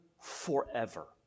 forever